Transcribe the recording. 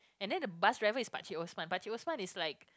and then the bus driver is Pakcik Osman Pakcik Osman is like